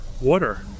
water